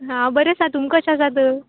हांव बरें आसा तुमी कशें आसात